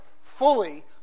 fully